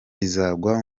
izagwa